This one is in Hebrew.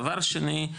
דבר שני,